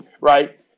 right